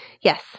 Yes